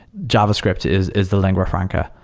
javascript is is the lingua franca.